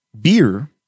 beer